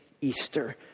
Easter